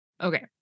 Okay